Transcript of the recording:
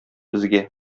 безгә